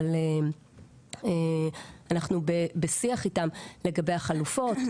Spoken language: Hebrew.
אבל אנחנו בשיח איתם לגבי החלופות.